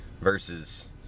versus